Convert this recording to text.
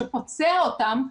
שפוצע אותם,